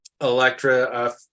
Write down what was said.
Electra